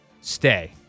Stay